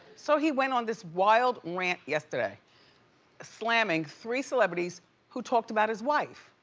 so he went on this wild rant yesterday slamming three celebrities who talked about his wife.